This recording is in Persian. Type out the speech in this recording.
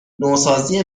نوسازی